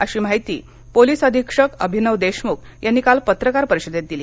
अशी माहिती पोलिस अधीक्षक अभिनव देशमुख यांनी काल पत्रकार परिषदेत दिली